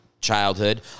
childhood